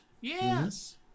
Yes